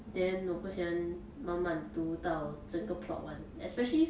then 我不喜欢慢慢读到整个 plot one especially